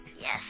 Yes